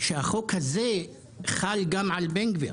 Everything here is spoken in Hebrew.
שהחוק הזה חל גם על בן גביר